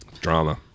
drama